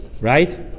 Right